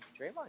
draymond